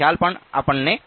તો ચાલો આપણે જઈએ